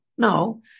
No